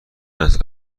است